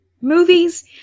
movies